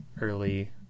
early